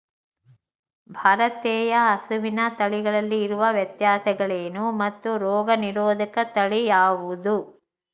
ಭಾರತೇಯ ಹಸುವಿನ ತಳಿಗಳಲ್ಲಿ ಇರುವ ವ್ಯತ್ಯಾಸಗಳೇನು ಮತ್ತು ರೋಗನಿರೋಧಕ ತಳಿ ಯಾವುದು?